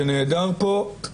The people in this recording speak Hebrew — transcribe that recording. שנעדר פה,